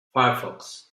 firefox